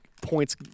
points